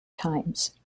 times